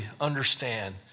understand